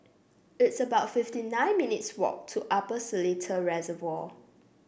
it's about fifty nine minutes' walk to Upper Seletar Reservoir